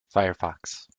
firefox